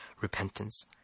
repentance